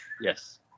Yes